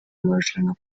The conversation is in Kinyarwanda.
amarushanwa